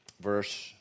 verse